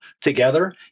together